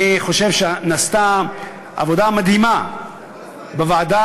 אני חושב שנעשתה עבודה מדהימה בוועדה